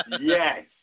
Yes